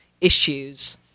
issues